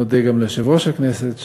נודה גם ליושב-ראש הכנסת,